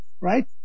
Right